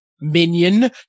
Minion